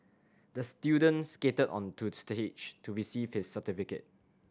the student skated onto the stage to receive his certificate